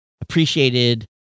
appreciated